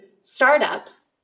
startups